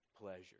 pleasure